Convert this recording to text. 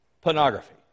Pornography